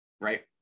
Right